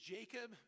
Jacob